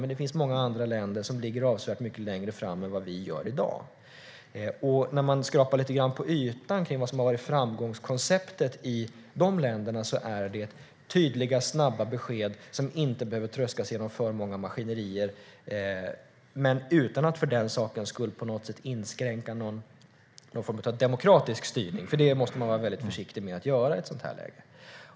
Men det finns många andra länder som ligger avsevärt mycket längre fram än vad vi gör i dag. När man skrapar lite grann på ytan på vad som har varit framgångskonceptet i de länderna är det tydliga snabba besked som inte behöver tröskas genom för många maskinerier men utan att för den sakens skull inskränka någon form av demokratisk styrning. Det måste man vara väldigt försiktig med att göra i ett sådant läge.